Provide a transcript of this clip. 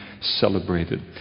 celebrated